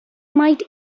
might